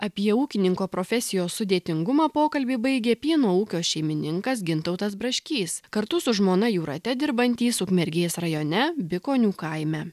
apie ūkininko profesijos sudėtingumą pokalbį baigė pieno ūkio šeimininkas gintautas braškys kartu su žmona jūrate dirbantys ukmergės rajone bikonių kaime